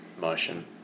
motion